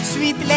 Sweet